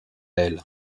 elle